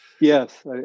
Yes